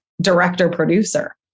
director-producer